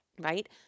right